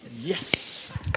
Yes